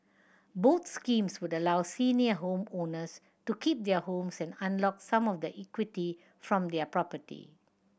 both schemes would allow senior homeowners to keep their homes and unlock some of the equity from their property